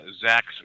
zach's